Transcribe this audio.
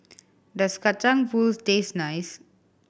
does Kacang Pool taste nice